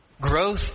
Growth